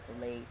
late